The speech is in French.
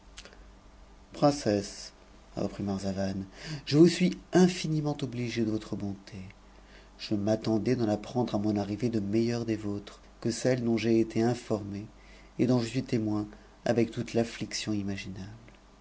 princesse reprit marzavan je vous suis infiniment obligé c votre bonté je m'attendais d'en apprendre à mon arrivée de meilleures des vôtres que celles dont j'ai été informé et dont je suis témoin ncr toute l'asuciion imaginable